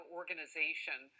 organization